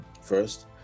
first